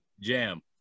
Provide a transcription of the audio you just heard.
Jam